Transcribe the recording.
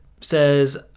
says